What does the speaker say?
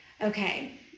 okay